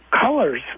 colors